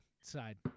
side